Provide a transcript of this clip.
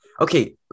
okay